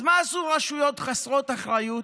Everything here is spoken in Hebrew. אז מה עשו רשויות חסרות אחריות?